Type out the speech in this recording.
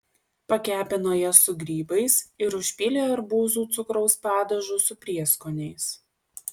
pakepino jas su grybais ir užpylė arbūzų cukraus padažu su prieskoniais